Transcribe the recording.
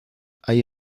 hay